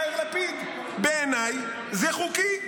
יאיר לפיד: בעיניי זה חוקי.